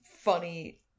funny